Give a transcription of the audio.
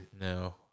No